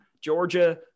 georgia